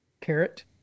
carrot